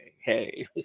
hey